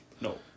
No